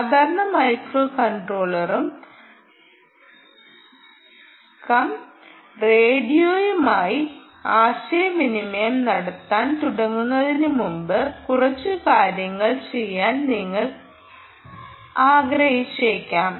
സാധാരണ microcontroller cum റേഡിയോയുമായി ആശയവിനിമയം നടത്താൻ തുടങ്ങുന്നതിനുമുമ്പ് കുറച്ച് കാര്യങ്ങൾ ചെയ്യാൻ നിങ്ങൾ ആഗ്രഹിച്ചേക്കാം